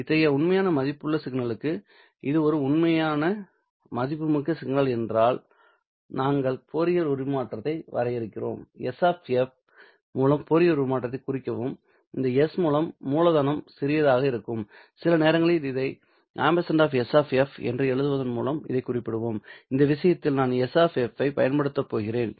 அத்தகைய உண்மையான மதிப்புமிக்க சிக்னலுக்கு இது ஒரு உண்மையான மதிப்புமிக்க சிக்னல் என்றால் நாங்கள் ஃபோரியர் உருமாற்றத்தை வரையறுக்கிறோம் S மூலம் ஃபோரியர் உருமாற்றத்தைக் குறிக்கவும் இந்த S மூலதனம் சிறியதாக இருக்கும் சில நேரங்களில் இதை S என்று எழுதுவதன் மூலம் இதை குறிப்பிடுவோம் இந்த விஷயத்தில் நான் S ஐப் பயன்படுத்தப் போகிறேன்